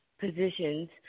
positions